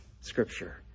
scripture